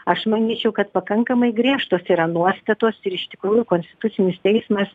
aš manyčiau kad pakankamai griežtos yra nuostatos ir iš tikrųjų konstitucinis teismas